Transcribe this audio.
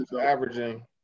averaging